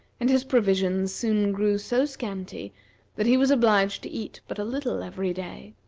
and his provisions soon grew so scanty that he was obliged to eat but a little every day,